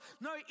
No